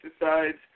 pesticides